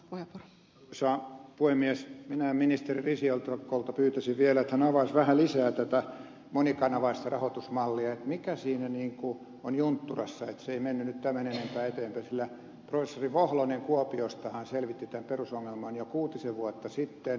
minä ministeri risikolta pyytäisin vielä että hän avaisi vähän lisää tätä monikanavaista rahoitusmallia mikä siinä on juntturassa että se ei mennyt nyt tämän enempää eteenpäin sillä professori vohlonen kuopiostahan selvitti tämän perusongelman jo kuutisen vuotta sitten